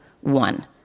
One